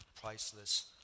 priceless